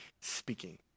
speaking